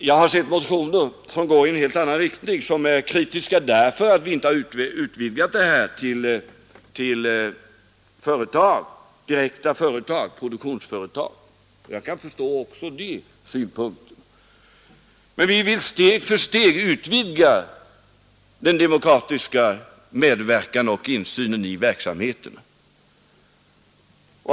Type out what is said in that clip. Jag har sett motioner som går i en helt annan riktning, som är kritiska därför att vi inte har utvidgat detta till direkta produktionsföretag, och jag kan förstå också de synpunkterna. Men vi vill steg för steg utvidga den demokratiska medverkan och insynen i verksamheten.